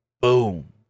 boom